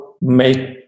make